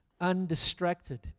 undistracted